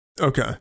okay